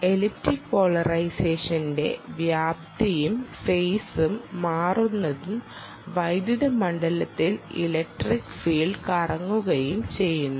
elliptic പോളറൈസേഷന്റെ വ്യാപ്തിയും ഫെയിസും മാറുകയും വൈദ്യുത മണ്ഡലത്തിൽ ഇലക്ട്രിക് ഫീൽഡ് കറങ്ങുകയും ചെയ്യുന്നു